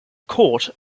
court